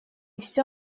все